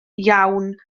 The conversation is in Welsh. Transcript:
iawn